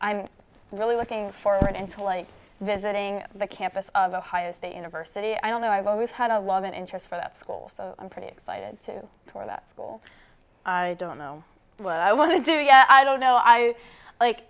i'm really looking forward to like visiting the campus of ohio state university i don't know i've always had a love interest for that school so i'm pretty excited too for that school i don't know what i want to do yeah i don't know i like